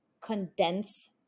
condense